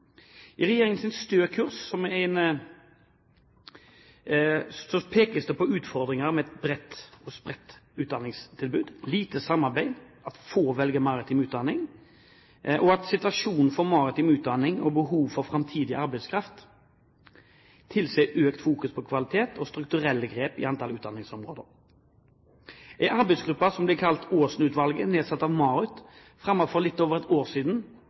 kurs» pekes det på utfordringer ved et bredt og spredt utdanningstilbud, lite samarbeid og det at få velger maritim utdanning. Situasjonen for maritim utdanning og behovet for framtidig arbeidskraft tilsier økt fokusering på kvalitet og strukturelle grep i antall utdanningssteder. En arbeidsgruppe, kalt Aasen-utvalget, nedsatt av MARUT, la for litt over et år siden